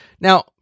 Now